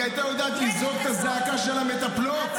היא הייתה יודעת לזעוק את הזעקה של המטפלות.